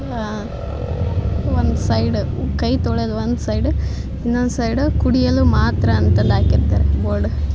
ಒಂದು ಸೈಡ್ ಕೈ ತೊಳ್ಯೋದು ಒನ್ ಸೈಡ್ ಇನ್ನೊಂದು ಸೈಡ ಕುಡಿಯಲು ಮಾತ್ರ ಅಂತೆಲ್ಲ ಹಾಕಿರ್ತರೆ ಬೋರ್ಡ್